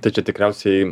tai čia tikriausiai